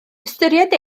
ystyried